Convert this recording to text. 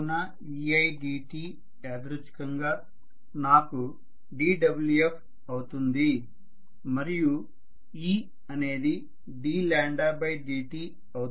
కావున eidt యాదృచ్చికంగా నాకుdWf అవుతుంది మరియు e అనేది ddtఅవుతుంది